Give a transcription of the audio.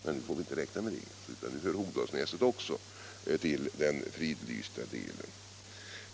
Men nu får vi inte räkna med det, utan nu hör också Hogdalsnäset till den fridlysta delen.